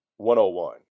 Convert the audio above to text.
101